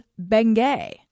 Bengay